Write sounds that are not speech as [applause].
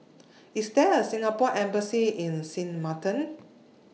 [noise] IS There A Singapore Embassy in Sint Maarten